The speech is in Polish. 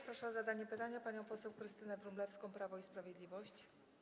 Proszę o zadanie pytania panią poseł Krystynę Wróblewską, Prawo i Sprawiedliwość.